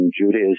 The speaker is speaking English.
Judaism